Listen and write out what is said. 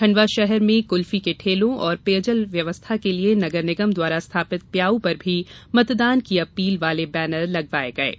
खंडवा शहर में कुल्फी के ठेलों तथा र्पयजल व्यवस्था के लिए नगर निगम द्वारा स्थापित प्याऊ पर भी मतदान की अपील युक्त बैनर लगवाये गये हैं